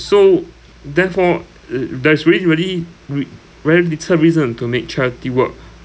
so therefore th~ there's really really re very little reason to make charity work